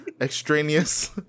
extraneous